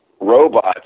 Robots